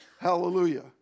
Hallelujah